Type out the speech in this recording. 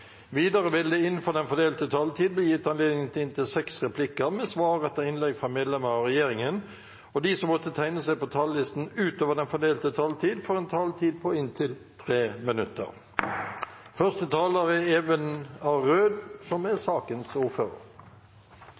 Videre vil det – innenfor den fordelte taletid – bli gitt anledning til inntil seks replikker med svar etter innlegg fra medlemmer av regjeringen, og de som måtte tegne seg på talerlisten utover den fordelte taletid, får også en taletid på inntil 3 minutter. Vi behandler nå et representantforslag fra Rødt om å bevare Ullevål sykehus, å bevare Gaustad sykehus som